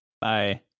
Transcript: Bye